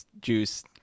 Juice